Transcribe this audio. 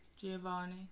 Giovanni